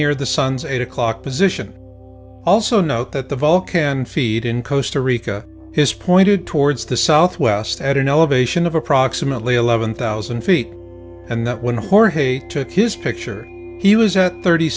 near the sun's eight o'clock position also note that the vaal can feed in coasta rica has pointed towards the southwest at an elevation of approximately eleven thousand feet and that when jorge took his picture he was at thirty